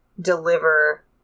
deliver